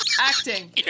acting